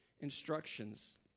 instructions